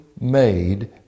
made